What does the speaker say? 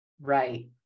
Right